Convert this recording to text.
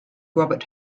robert